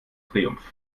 triumph